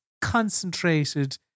concentrated